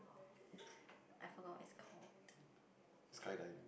I forgot what it's called